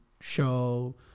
show